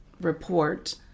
report